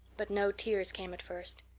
but no tears came at first,